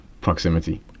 proximity